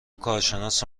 کارشناس